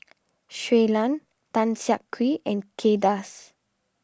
Shui Lan Tan Siak Kew and Kay Das